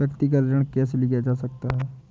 व्यक्तिगत ऋण कैसे लिया जा सकता है?